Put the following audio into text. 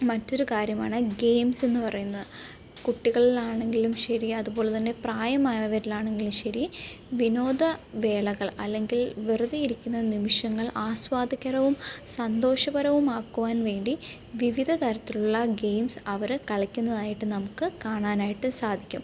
മറ്റൊരു കാര്യമാണ് ഗെയിംസെന്ന് പറയുന്നത് കുട്ടികളിലാണെങ്കിലും ശരി അതുപോലെത്തന്നെ പ്രായമായവരിലാണെങ്കിലും ശരി വിനോദവേളകൾ അല്ലെങ്കിൽ വെറുതെ ഇരിക്കുന്ന നിമിഷങ്ങൾ ആസ്വാദ്യകരവും സന്തോഷപരവുമാക്കുവാൻ വേണ്ടി വിവിധ തരത്തിലുള്ള ഗെയിംസ് അവർ കളിക്കുന്നതായിട്ട് നമുക്ക് കാണാനായിട്ട് സാധിക്കും